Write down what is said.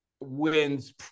wins